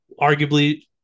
arguably –